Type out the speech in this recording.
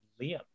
Liam